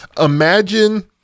Imagine